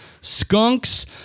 skunks